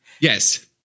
Yes